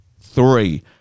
three